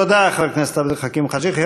תודה, חבר הכנסת עבד אל חכים חאג' יחיא.